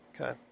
Okay